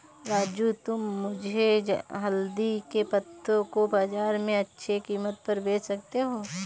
राजू तुम मुझे हल्दी के पत्तों को बाजार में अच्छे कीमत पर बेच सकते हो